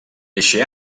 eixe